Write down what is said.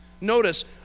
notice